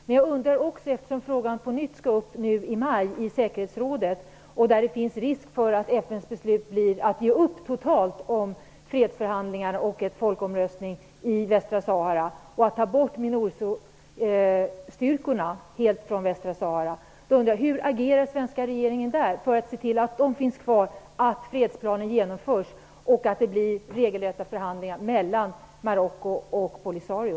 Men eftersom frågan på nytt skall upp i säkerhetsrådet i maj och där det finns risk för att FN:s beslut blir att ge upp totalt i fråga om fredsförhandlingarna och en folkomröstning i Västra Sahara och att helt ta bort Minursostyrkorna från Västra Sahara, undrar jag: Hur agerar den svenska regeringen där för att se till att de finns kvar, att fredsplanen genomförs och att det blir regelrätta förhandlingar mellan Marocko och Polisario?